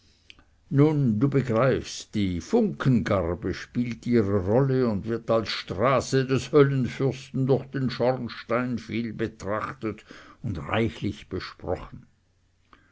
nun du begreifst die funkengarbe spielt ihre rolle und wird als straße des höllenfürsten durch den schornstein viel betrachtet und reichlich besprochen